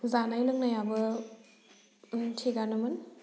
जानाय लोंनायाबो थिकानोमोन